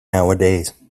nowadays